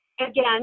again